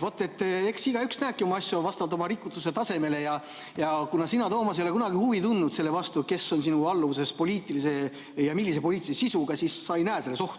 Vaat et eks igaüks näebki asju vastavalt oma rikutuse tasemele ja kuna sina, Toomas, ei ole kunagi huvi tundnud selle vastu, kes on sinu alluvuses ja millise poliitilise sisuga, siis sa ei näe selles ohtu.